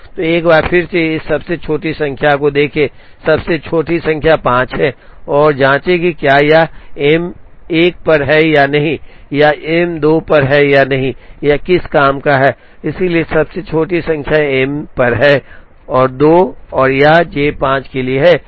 तो एक बार फिर से इस सबसे छोटी संख्या को देखें सबसे छोटी संख्या 5 है और जांचें कि क्या यह M 1 पर है या नहीं यह M 2 पर है या नहीं यह किस काम का है इसलिए सबसे छोटी संख्या M पर है 2 और यह J 5 के लिए है